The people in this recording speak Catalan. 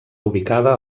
ubicada